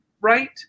right